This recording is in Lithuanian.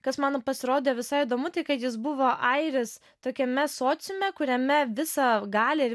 kas man pasirodė visai įdomu tai kad jis buvo airis tokiame sociume kuriame visą galią ir